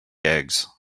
eggs